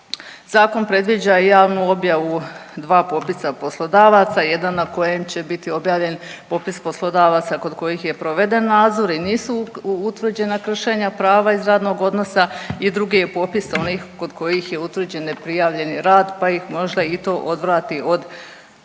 Zakon predviđa i javnu objavu dva popisa poslodavaca, jedan na kojem će biti objavljeni popis poslodavaca kod kojih je proveden nadzor i nisu utvrđena kršenja prava iz radnog odnosa i drugi je popis onih kod kojih je utvrđen neprijavljeni rad pa ih možda i to odvrati od